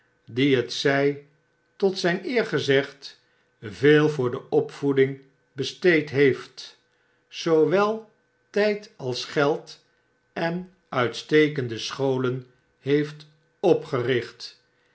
die het zy tot zijn eer gezegd veel voor de opvoeding besteed heeft zoowel tyd als geld en uitstekende scholen heeft opgericht